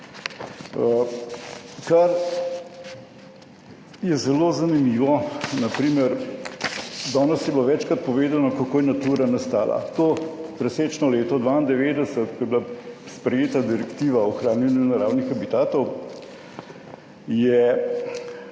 Kar je zelo zanimivo, na primer, danes je bilo večkrat povedano, kako je Natura nastala. To presečno leto 1992, ko je bila sprejeta direktiva o ohranjanju naravnih habitatov, je